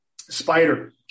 Spider